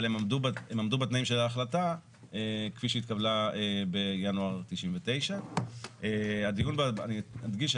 אבל הם עמדו בתנאים של ההחלטה כפי שהתקבלה בינואר 99'. אני אדגיש,